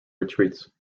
retreats